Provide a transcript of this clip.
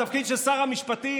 התפקיד של שר המשפטים,